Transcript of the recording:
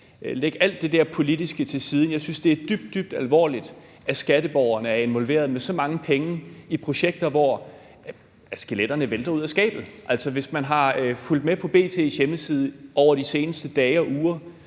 Læg alt det der politiske til side – jeg synes, det er dybt, dybt alvorligt, at skatteborgerne er involveret med så mange penge i projekter, hvor skeletterne vælter ud af skabet. Altså, hvis man har fulgt med på B.T.s hjemmeside over de seneste dage og uger,